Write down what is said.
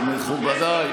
מכובדיי,